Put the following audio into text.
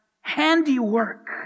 handiwork